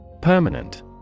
Permanent